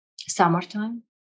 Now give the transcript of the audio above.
summertime